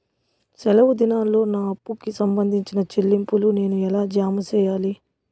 సెలవు దినాల్లో నా అప్పుకి సంబంధించిన చెల్లింపులు నేను ఎలా జామ సెయ్యాలి?